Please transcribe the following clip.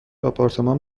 آپارتمان